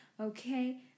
Okay